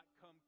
come